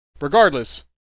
Regardless